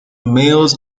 males